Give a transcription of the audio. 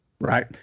Right